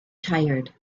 tired